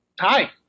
Hi